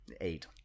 eight